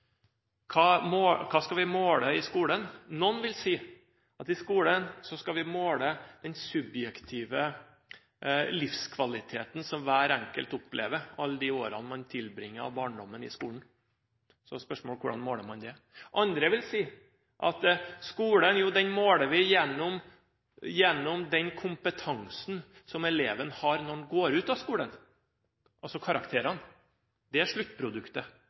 Hva skal vi måle i skolen? Noen vil si at i skolen skal vi måle den subjektive livskvaliteten som hver enkelt opplever alle de årene av barndommen som man tilbringer i skolen. Spørsmålet er: Hvordan måler man det? Andre vil si at skolen måler vi gjennom den kompetansen som eleven har når han går ut av skolen, altså karakterene. Det er sluttproduktet